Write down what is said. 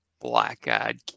black-eyed